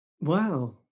Wow